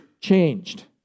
changed